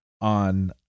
on